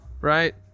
right